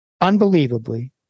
Unbelievably